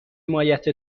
حمایت